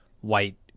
white